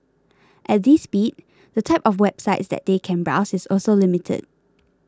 at this speed the type of websites that they can browse is also limited